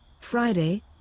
Friday